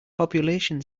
population